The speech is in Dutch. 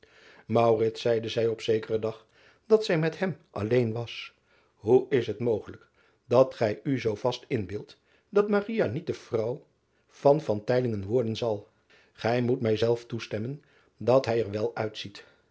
zeide zij op zekeren dag dat zij met hem alleen was hoe is het mogelijk dat gij u zoo vast inbeeldt dat niet de vrouw van worden zal ij moet mij zelf toestemmen dat hij er wel uitziet